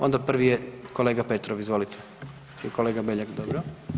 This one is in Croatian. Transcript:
Onda prvi je kolega Petrov, izvolite i kolega Beljak, dobro.